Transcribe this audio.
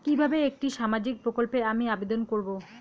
কিভাবে একটি সামাজিক প্রকল্পে আমি আবেদন করব?